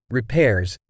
repairs